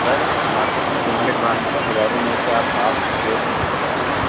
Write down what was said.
sir market में limited brand हैं हजारों में से आप आप किसी एक का नाम बताइए ना